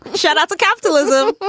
shut up. capitalism